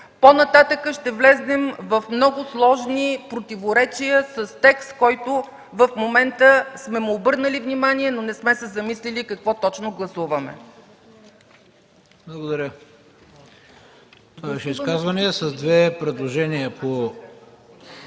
по-нататък ще влезнем в много сложни противоречия с текст, на който в момента сме обърнали внимание, но не сме се замисляли какво точно гласуваме.